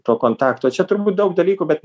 to kontakto čia turbūt daug dalykų bet